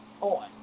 on